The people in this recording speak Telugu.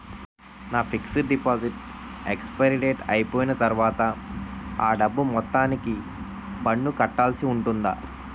నా ఫిక్సడ్ డెపోసిట్ ఎక్సపైరి డేట్ అయిపోయిన తర్వాత అ డబ్బు మొత్తానికి పన్ను కట్టాల్సి ఉంటుందా?